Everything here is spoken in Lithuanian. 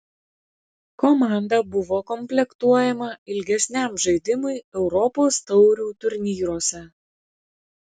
komanda buvo komplektuojama ilgesniam žaidimui europos taurių turnyruose